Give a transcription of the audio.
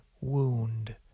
wound